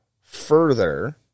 further